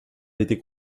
été